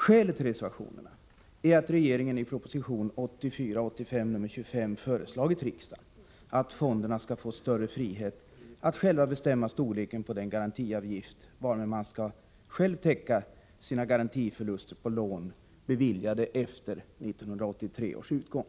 Skälet till reservationerna är att regeringen i proposition 1984/85:25 har föreslagit riksdagen att fonderna skall få större frihet att själva bestämma storleken på den garantiavgift varmed man själva täcker sina garantiförluster på lån beviljade efter 1983 års utgång.